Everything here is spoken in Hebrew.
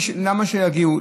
למה שיגיעו?